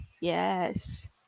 Yes